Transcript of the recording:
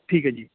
ਠੀਕ ਹੈ ਜੀ